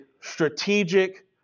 strategic